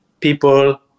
people